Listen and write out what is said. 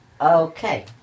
Okay